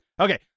Okay